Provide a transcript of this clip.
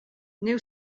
new